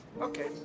Okay